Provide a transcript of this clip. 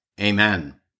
Amen